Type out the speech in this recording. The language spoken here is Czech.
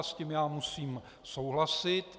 S tím já musím souhlasit.